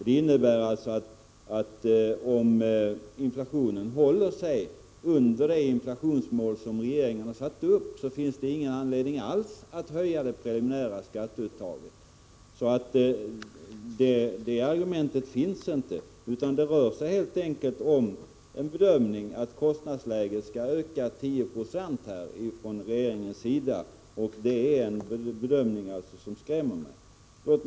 Det innebär, att om inflationen håller sig under det inflationsmål som regeringen har satt upp, finns det ingen anledning alls att höja det preliminära skatteuttaget. Det argumentet håller alltså inte. Det rör sig helt enkelt om en bedömning från regeringen att kostnaderna går upp 1096. Det är en bedömning som skrämmer mig.